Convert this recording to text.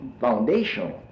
foundational